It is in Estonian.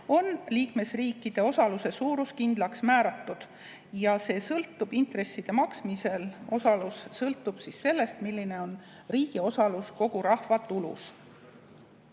on liikmesriikide osaluse suurus kindlaks määratud ja osalus intresside maksmisel sõltub sellest, milline on riigi osalus kogurahvatulus.